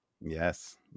Yes